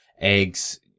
Eggs